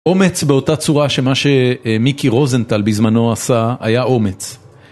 אומץ באותה צורה שמה שמיקי רוזנטל בזמנו עשה היה אומץ.